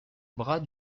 bras